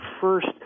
first